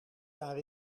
jaar